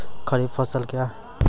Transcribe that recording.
खरीफ फसल क्या हैं?